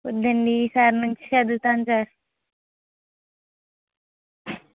వద్దండి ఈ సారి నుంచి చదువుతాను సార్